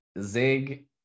zig